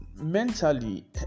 mentally